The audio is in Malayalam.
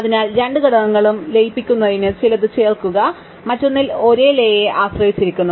അതിനാൽ രണ്ട് ഘടകങ്ങളും ലയിപ്പിക്കുന്നതിന് ചിലത് ചേർക്കുക മറ്റൊന്നിൽ ഒരേ ലേയെ ആശ്രയിച്ചിരിക്കുന്നു